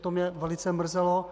To mě velice mrzelo.